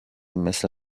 مثل